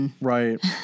Right